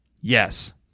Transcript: yes